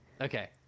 Okay